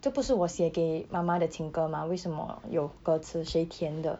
这不是我写给妈妈的情歌吗为什么有歌词谁填的